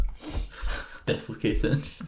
dislocated